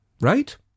right